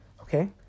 Okay